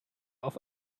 auf